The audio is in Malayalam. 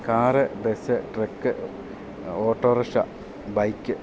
car bus truck autorickshaw bike